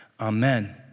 amen